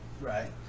right